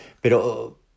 Pero